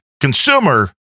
consumer